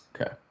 Okay